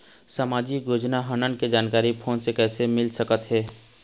सामाजिक योजना हमन के जानकारी फोन से कइसे मिल सकत हे?